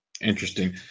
Interesting